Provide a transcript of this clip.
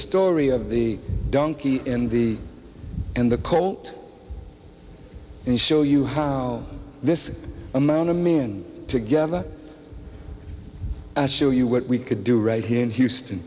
story of the donkey and the colt and show you how this amount of men together and show you what we could do right here in houston